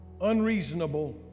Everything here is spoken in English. unreasonable